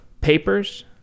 papers